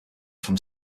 from